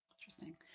Interesting